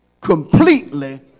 completely